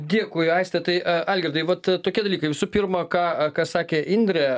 dėkui aiste tai a algirdui vat tokie dalykai visų pirma ką ką sakė indrė